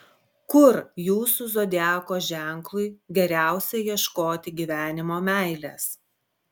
kur jūsų zodiako ženklui geriausia ieškoti gyvenimo meilės